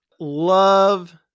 love